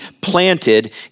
planted